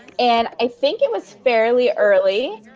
and i think it was fairly early,